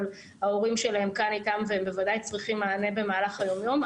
אבל ההורים שלהם כאן איתם והם בוודאי צריכים מענה במהלך היום-יום,